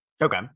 Okay